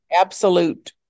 Absolute